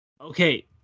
okay